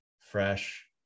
fresh